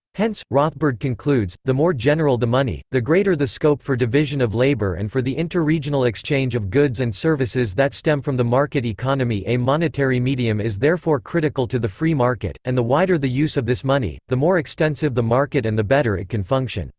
hence, rothbard concludes the more general the money, the greater the scope for division of labor and for the interregional exchange of goods and services that stem from the market economy a monetary medium is therefore critical to the free market, and the wider the use of this money, the more extensive the market and the better it can function.